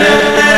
אני רק סותם.